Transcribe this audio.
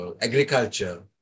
agriculture